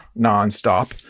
nonstop